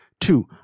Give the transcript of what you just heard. Two